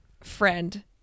friend